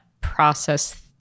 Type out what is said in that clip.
process